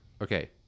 okay